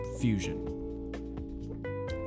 fusion